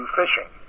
fishing